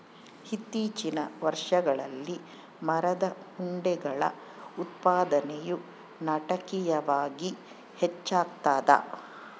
ಇತ್ತೀಚಿನ ವರ್ಷಗಳಲ್ಲಿ ಮರದ ಉಂಡೆಗಳ ಉತ್ಪಾದನೆಯು ನಾಟಕೀಯವಾಗಿ ಹೆಚ್ಚಾಗ್ತದ